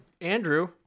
andrew